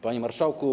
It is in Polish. Panie Marszałku!